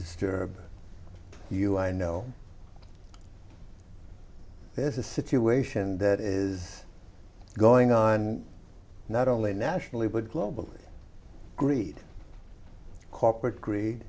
disturb you i know there's a situation that is going on not only nationally but globally greed corporate greed